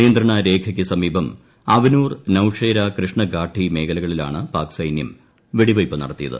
നിയന്ത്രണരേഖയ്ക്ക് സമീപം അവ്നൂർ നൌഷേര കൃഷ്ണഖാട്ടി മേഖലകളിലാണ് പാക് സൈന്യം വെടിവയ്പ്പ് നടത്തിയത്